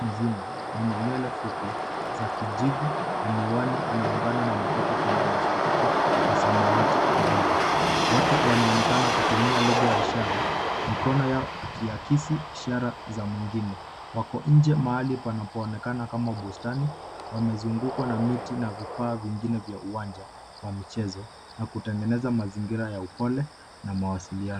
Mzungu, mwenye nywele fupi za kijivu, na miwani, anaungana na mtoto kwenye mzunguko wa samawati angavu. Wote wanaonekana kutumia lugha ya ishara. Mikono yao ikiakisi ishara za mwingine. Wako nje, mahali panapoonekana kama bustani, wamezungukwa na miti, na vifaa vingine vya uwanja wa michezo, na kutengeneza mazingira ya upole, na mawasiliano.